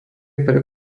pre